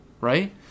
right